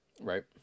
Right